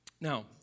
Now